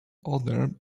other